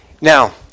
Now